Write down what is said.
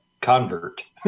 convert